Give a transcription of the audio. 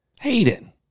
Hayden